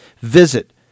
Visit